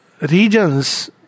regions